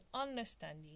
understanding